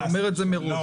אני אומר את זה מראש.